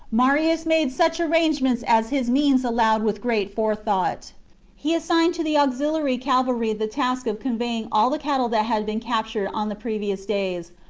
marius made such arrangements as his means allowed with great forethought he assigned to the auxiliary cavalry the task of conveying all the cattle that had been cap tured on the previous days,